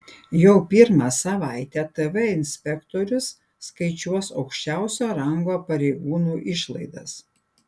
jau pirmą savaitę tv inspektorius skaičiuos aukščiausio rango pareigūnų išlaidas